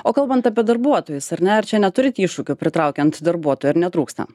o kalbant apie darbuotojus ar ne ar čia neturit iššūkių pritraukiant darbuotojų ir netrūksta